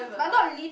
but not really